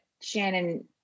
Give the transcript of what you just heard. Shannon